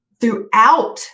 throughout